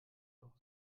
doch